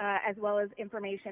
as well as information